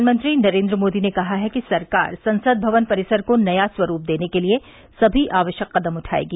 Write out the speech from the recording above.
प्रधानमंत्री नरेंद्र मोदी ने कहा है कि सरकार संसद भवन परिसर को नया स्वरूप देने के लिए सभी आवश्यक कदम उठायेगी